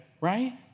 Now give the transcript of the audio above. Right